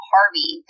Harvey